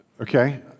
Okay